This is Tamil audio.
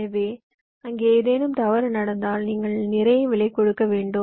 எனவே அங்கே ஏதேனும் தவறு நடந்தால் நீங்கள் நிறைய விலை கொடுக்க வேண்டும்